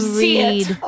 read